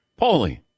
Paulie